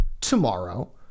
tomorrow